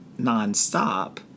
nonstop